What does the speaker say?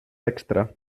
extra